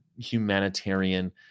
humanitarian